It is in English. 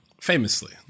famously